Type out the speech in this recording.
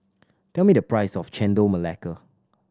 tell me the price of Chendol Melaka